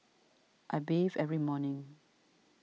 I bathe every morning